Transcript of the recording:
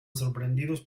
sorprendidos